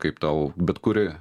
kaip tau bet kurioje